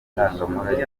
ndangamurage